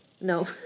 No